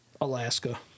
Alaska